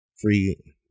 free